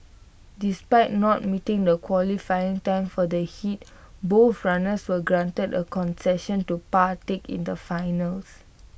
despite not meeting the qualifying time for the heat both runners were granted A concession to partake in the finals